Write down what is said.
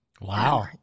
Wow